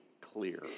clear